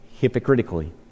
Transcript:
hypocritically